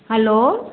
hello